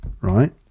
right